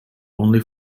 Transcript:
only